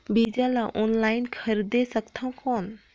बीजा ला ऑनलाइन खरीदे सकथव कौन?